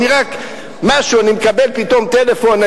אני מקבל פתאום טלפון,